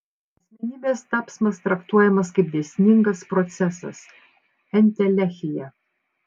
asmenybės tapsmas traktuojamas kaip dėsningas procesas entelechija